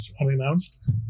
unannounced